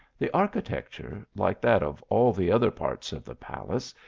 the architecture, like that of all the other parts of the palace,